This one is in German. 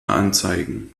anzeigen